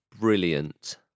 brilliant